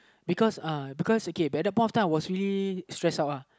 because uh because okay at that point of time I was really stressed out lah